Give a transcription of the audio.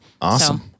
Awesome